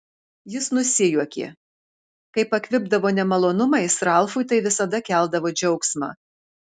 jis nusijuokė kai pakvipdavo nemalonumais ralfui tai visada keldavo džiaugsmą